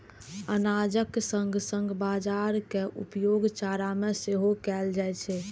अनाजक संग संग बाजारा के उपयोग चारा मे सेहो कैल जाइ छै